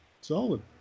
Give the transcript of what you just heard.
Solid